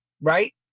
right